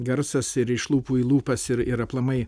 garsas ir iš lūpų į lūpas ir ir aplamai